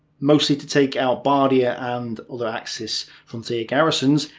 mostly to take out bardia and axis frontier garrisons,